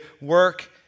work